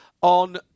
on